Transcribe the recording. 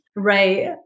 Right